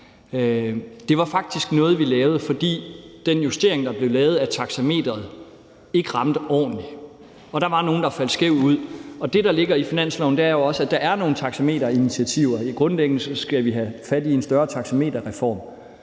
det faktisk noget, vi lavede, fordi den justering, der blev lavet af taxameteret, ikke ramte ordentligt. Der var nogle, der faldt skævt ud. Og det, der ligger i forslaget til finanslov, er jo, at der også er nogle taxameterinitiativer. Grundlæggende skal vi have fat i en større taxameterreform,